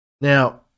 Now